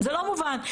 זה לא סכום קטן.